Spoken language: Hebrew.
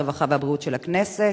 הרווחה והבריאות של הכנסת.